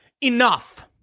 enough